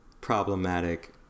problematic